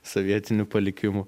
sovietiniu palikimu